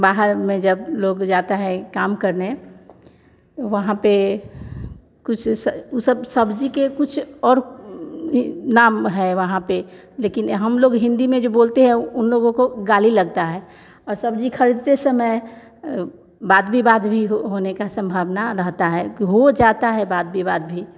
बाहर में जब लोग जाता है काम करने तो वहाँ पे कुछ स ऊ सब सब्जी के कुछ और नाम है वहाँ पर लेकिन हम लोग जो हिन्दी में बोलते हैं उन लोगों को गाली लगता है औ सब्जी खरीदते समय वाद विवाद भी हो होने का सम्भावना रहता है हो जाता है वाद विवाद भी